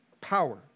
power